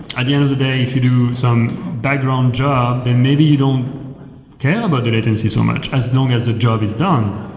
at the end of the day, if you do some background job, then maybe you don't care about latency so much, as long as the job is done.